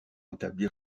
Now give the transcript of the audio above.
établir